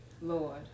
lord